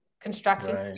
constructing